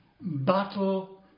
battle